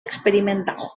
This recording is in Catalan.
experimental